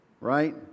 right